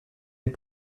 est